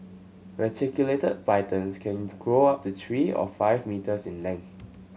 reticulated pythons can grow up to three to five metres in length